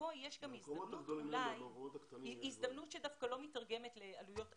כאן יש הזדמנות, שדווקא לא מתרגמת לעלויות ענקיות,